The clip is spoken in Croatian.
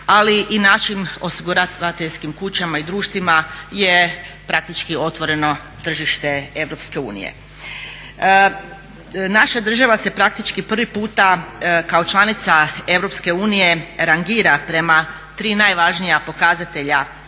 ali i našim osiguravateljskim kućama i društvima je praktički otvoreno tržište Europske unije. Naša država se praktički prvi puta kao članica Europske unije rangira prema tri najvažnija pokazatelja